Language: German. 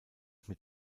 mit